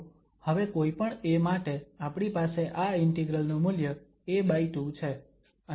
તો હવે કોઈપણ a માટે આપણી પાસે આ ઇન્ટિગ્રલ નું મૂલ્ય a2 છે